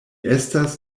estas